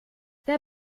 der